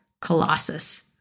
colossus